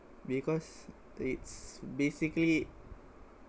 because it's basically